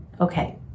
Okay